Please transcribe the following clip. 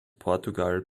portugal